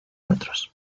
otros